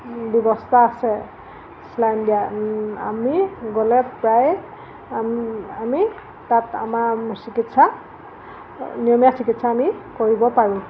ব্যৱস্থা আছে চেলাইন দিয়া আমি গ'লে প্ৰায় আমি তাত আমাৰ চিকিৎসা নিয়মীয়া চিকিৎসা আমি কৰিব পাৰোঁ